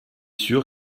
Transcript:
sûr